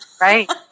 Right